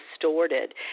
distorted